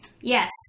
Yes